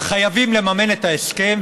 חייבים לממן את ההסכם,